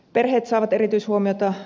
perheet saavat erityishuomiota